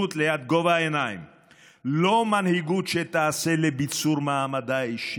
מנהיגות ליד גובה העיניים,